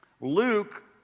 Luke